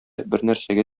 бернәрсәгә